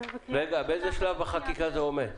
באיזה שלב בחקיקה זה עומד?